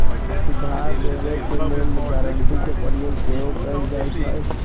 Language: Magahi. उधार देबऐ के लेल गराँटी के प्रयोग सेहो कएल जाइत हइ